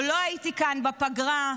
וימנע התעללות באמת באמת גדולה בבעלי